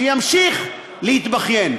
שימשיך להתבכיין.